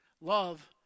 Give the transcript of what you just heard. love